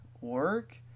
work